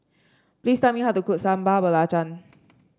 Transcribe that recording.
please tell me how to cook Sambal Belacan